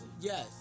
yes